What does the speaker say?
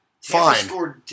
fine